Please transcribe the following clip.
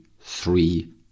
three